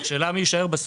השאלה מי יישאר בסוף.